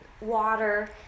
water